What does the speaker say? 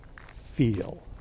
feel